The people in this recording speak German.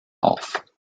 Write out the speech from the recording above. auf